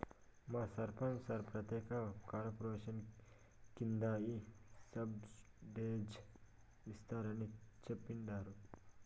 మా సర్పంచ్ సార్ ప్రత్యేక కార్పొరేషన్ కింద ఈ సబ్సిడైజ్డ్ ఇస్తారని చెప్తండారు